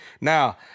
Now